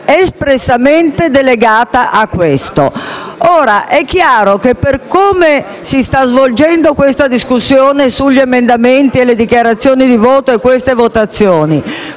espressamente delegata a questo. È chiaro che, per come si stanno svolgendo questa discussione sugli emendamenti, le dichiarazioni di voto e queste votazioni,